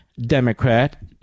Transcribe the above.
Democrat